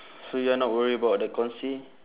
so you are not worried about the conse~